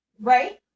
Right